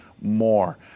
more